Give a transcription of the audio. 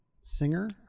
singer